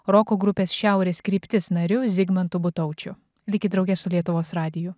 roko grupės šiaurės kryptis nariu zigmantu butaučiu likit drauge su lietuvos radiju